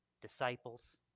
disciples